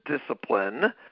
discipline